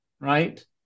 right